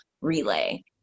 relay